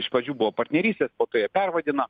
iš pradžių buvo partnerystė po to jie pervadino